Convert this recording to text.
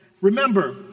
Remember